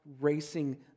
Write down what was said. racing